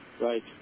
Right